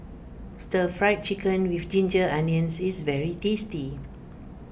Stir Fried Chicken with Ginger Onions is very tasty